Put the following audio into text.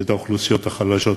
את האוכלוסיות החלשות,